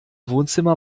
wohnzimmer